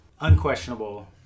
unquestionable